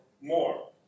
more